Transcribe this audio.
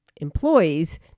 employees